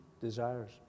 desires